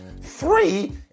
three